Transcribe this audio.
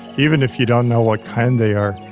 even if you don't know what kind they are,